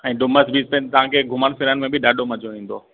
ऐं डुमस बिच में बि तव्हांखे घुमण फिरण में बि ॾाढो मज़ो ईंदो